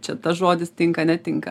čia tas žodis tinka netinka